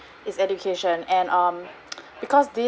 is education and um because